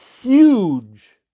huge